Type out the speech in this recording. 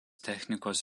technikos